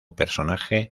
personaje